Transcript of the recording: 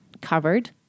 covered